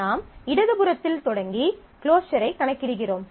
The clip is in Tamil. நாம் இடது புறத்தில் தொடங்கி க்ளோஸரைக் கணக்கிடுகிறோம்